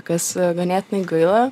kas ganėtinai gaila